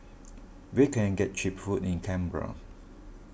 where can I get Cheap Food in Canberra